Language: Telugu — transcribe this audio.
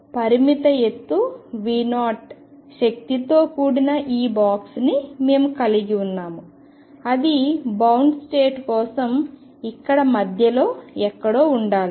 పరిమిత ఎత్తు V0 శక్తితో కూడిన ఈ బాక్స్ని మేము కలిగి ఉన్నాము అది బౌండ్ స్టేట్ కోసం ఇక్కడ మధ్యలో ఎక్కడో ఉండాలి